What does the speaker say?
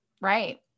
Right